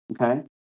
Okay